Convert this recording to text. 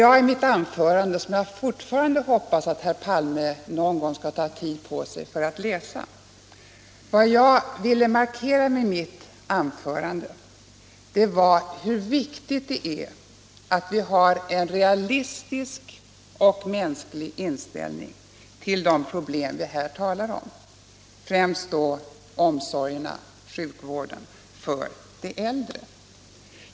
I mitt anförande, som jag fortfarande hoppas att herr Palme någon gång skall ta tid på sig för att läsa, markerade jag hur viktigt det är att vi har en realistisk och mänsklig inställning till de problem vi här talar om, främst då omsorgen om de äldre.